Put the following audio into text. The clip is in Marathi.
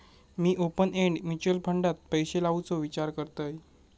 मी ओपन एंड म्युच्युअल फंडात पैशे लावुचो विचार करतंय